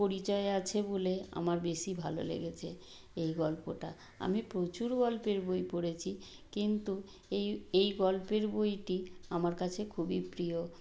পরিচয় আছে বলে আমার বেশি ভালো লেগেছে এই গল্পটা আমি প্রচুর গল্পের বই পড়েছি কিন্তু এই এই গল্পের বইটি আমার কাছে খুবই প্রিয়